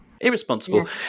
Irresponsible